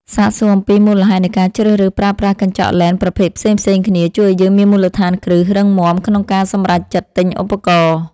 សាកសួរអំពីមូលហេតុនៃការជ្រើសរើសប្រើប្រាស់កញ្ចក់លែនប្រភេទផ្សេងៗគ្នាជួយឱ្យយើងមានមូលដ្ឋានគ្រឹះរឹងមាំក្នុងការសម្រេចចិត្តទិញឧបករណ៍។